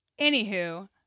Anywho